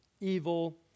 evil